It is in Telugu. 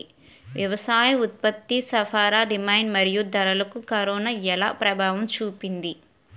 వ్యవసాయ ఉత్పత్తి సరఫరా డిమాండ్ మరియు ధరలకు కరోనా ఎలా ప్రభావం చూపింది